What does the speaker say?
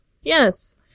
Yes